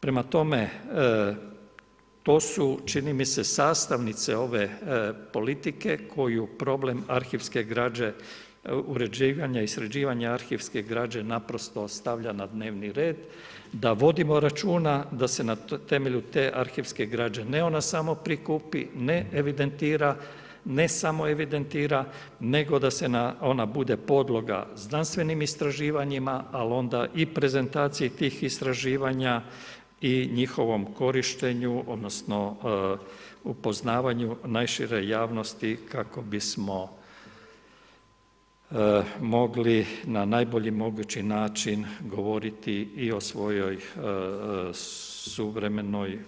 Prema tome, to su čini mi se sastavnice ove politike koju problem arhivske građe uređivanja i sređivanja arhivske građe naprosto stavlja na dnevni red, da vodimo računa, da se na temelju te arhivske građe, ne ona samo prikupi, ne evidentira, ne samo evidentira, nego da ona bude podloga znanstvenim istraživanjima, ali onda i prezentaciji tih istraživanja i njihovom korištenju, odnosno, upoznavanju najšire javnosti, kako bismo mogli na najbolji mogući način, govoriti i o svojoj suvremenoj